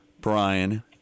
Brian